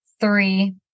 three